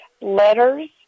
letters